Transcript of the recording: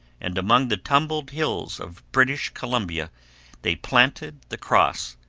and among the tumbled hills of british columbia they planted the cross,